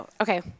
Okay